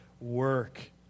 work